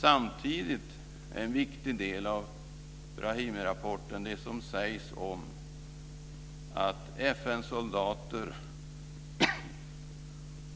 Samtidigt är en viktig del av Brahimirapporten det som sägs om att FN-soldater